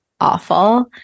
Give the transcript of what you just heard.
awful